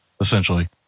essentially